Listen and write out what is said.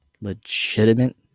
Legitimate